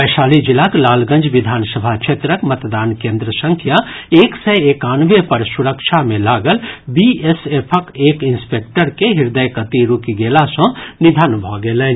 वैशाली जिलाक लालगंज विधानसभा क्षेत्रक मतदान केन्द्र संख्या एक सय एकानवे पर सुरक्षा मे लागल बीएसएफक एक इंस्पेक्टर के हृदय गति रूकि गेला सँ निधन भऽ गेलनि